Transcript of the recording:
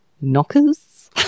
Knockers